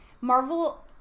Marvel